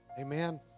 Amen